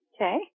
Okay